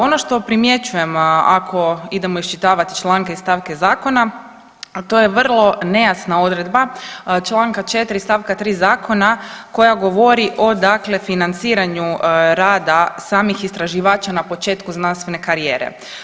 Ono što primjećujemo ako idemo iščitavati članke i stavke zakona to je vrlo nejasna odredba čl. 4. st. 3. zakona koja govori o dakle financiranju rada samih istraživača na početku znanstvene karijere.